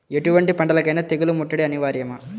ఎటువంటి పంటలకైన తెగులు ముట్టడి అనివార్యమా?